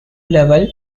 level